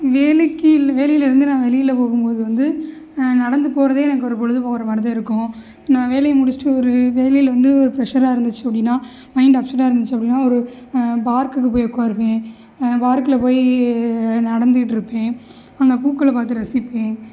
வேலைக்கு வேலையில இருந்து நான் வெளியில போகும்போது வந்து நடந்து போறதே எனக்கு ஒரு பொழுது போறது மாதிரிதான் இருக்கும் நான் வேலையை முடிச்சிவிட்டு ஒரு வேலையில வந்து ஒரு ப்ரசராக இருந்துச்சு அப்படின்னா மைண்டு அப்செட்டாக இருந்துச்சு அப்படினா ஒரு பார்க்குக்கு போய் உட்காருவேன் பார்க்கில் போய் நடந்துக்கிட்டு இருப்பேன் அங்கே பூக்களை பார்த்து ரசிப்பேன்